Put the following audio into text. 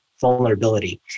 vulnerability